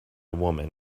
woman